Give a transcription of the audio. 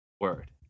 word